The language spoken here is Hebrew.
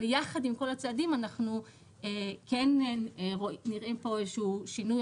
אבל יחד עם כל הצעדים אנחנו כן נראה פה איזה שהוא שינוי,